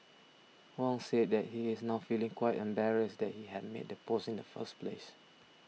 Wong said that he is now feeling quite embarrassed that he had made the post in the first place